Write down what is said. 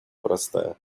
простая